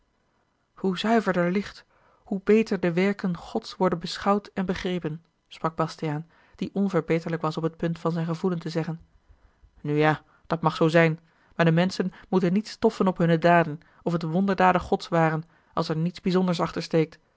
hoe zuiverder licht hoe beter de werken gods worden beschouwd en begrepen sprak bastiaan die onverbeterlijk was op het punt van zijn gevoelen te zeggen nu ja dat mag zoo zijn maar de menschen moeten niet stoffen op hunne daden of het wonderdaden gods waren als er niets bijzonders achter steekt